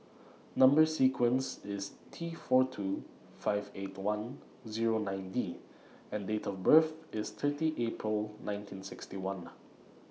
Number sequence IS T four two five eight one Zero nine D and Date of birth IS thirty April nineteen sixty one